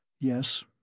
Yes